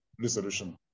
resolution